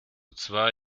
zwei